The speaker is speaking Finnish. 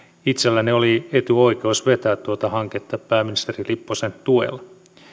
itselläni oli etuoikeus vetää tuota hanketta pääministeri lipposen tuella